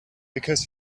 because